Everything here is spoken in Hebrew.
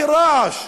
כרעש.